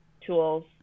tools